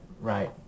right